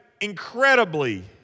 incredibly